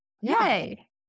yay